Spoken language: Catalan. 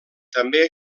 també